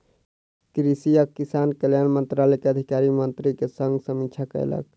कृषि आ किसान कल्याण मंत्रालय के अधिकारी मंत्री के संग समीक्षा कयलक